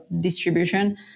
distribution